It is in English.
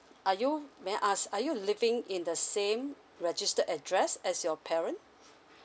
are you may I ask are you living in the same registered address as your parent